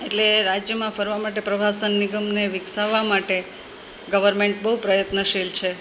એટલે રાજ્યમાં ફરવાં માટે પ્રવાસન નિગમને વિકસાવવાં માટે ગવર્મેન્ટ બહું પ્રયત્નશીલ છે